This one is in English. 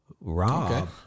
Rob